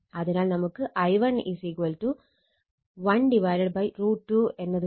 അതിനാൽ നമുക്ക് I1 1√ 2 എന്നതുണ്ട്